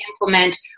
implement